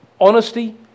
Honesty